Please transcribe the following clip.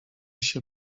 się